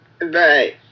Right